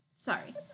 Sorry